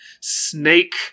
snake